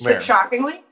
Shockingly